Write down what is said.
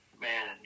man